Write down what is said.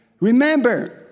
Remember